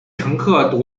乘客